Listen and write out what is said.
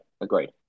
agreed